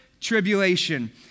Tribulation